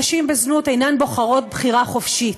נשים בזנות אינן בוחרות בחירה חופשית.